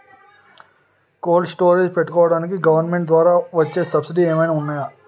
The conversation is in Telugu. కోల్డ్ స్టోరేజ్ పెట్టుకోడానికి గవర్నమెంట్ ద్వారా వచ్చే సబ్సిడీ ఏమైనా ఉన్నాయా?